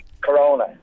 Corona